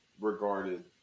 regarded